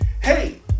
hey